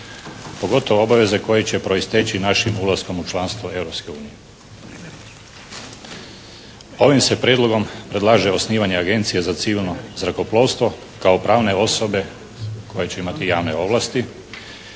pogotovo obaveze koje će proisteći našim ulaskom u članstvo Europske unije. Ovim se prijedlogom predlaže osnivanje Agencije za civilno zrakoplovstvo kao pravne osobe koja će imati javne ovlasti.